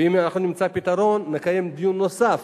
ואם אנחנו נמצא פתרון, נקיים דיון נוסף